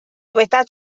dyweda